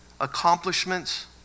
accomplishments